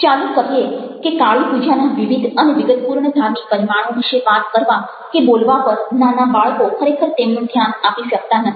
ચાલો કહીએ કે કાળી પૂજાના વિવિધ અને વિગતપૂર્ણ ધાર્મિક પરિમાણો વિશે વાતો કરવા કે બોલવા પર નાના બાળકો ખરેખર તેમનું ધ્યાન આપી શકતા નથી